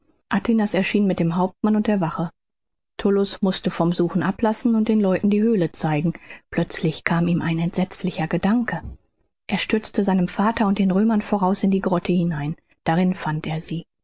erschien mit dem hauptmann und der wache tullus mußte vom suchen ablassen und den leuten die höhle zeigen plötzlich kam ihm ein entsetzlicher gedanke er stürzte seinem vater und den römern voraus in die grotte hinein drinnen fand er sie